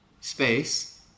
space